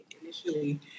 initially